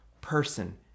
person